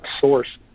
source